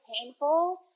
painful